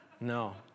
No